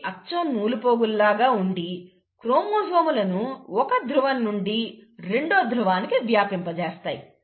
ఇవి అచ్చంగా నూలుపోగులు లాగా ఉండి క్రోమోజోములను ఒక ధ్రువం నుండి రెండో ధ్రువానికి వ్యాపింపజేస్తాయి